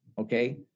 okay